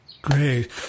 Great